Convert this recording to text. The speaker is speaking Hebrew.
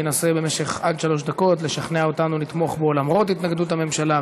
ינסה במשך עד שלוש דקות לשכנע אותנו לתמוך בו למרות התנגדות הממשלה.